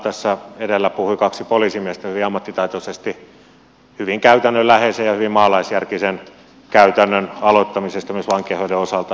tässä edellä puhui kaksi poliisimiestä hyvin ammattitaitoisesti hyvin käytännönläheisen ja hyvin maalaisjärkisen käytännön aloittamisesta myös vankeinhoidon osalta